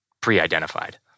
pre-identified